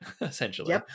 essentially